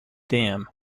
dam